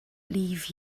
leave